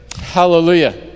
Hallelujah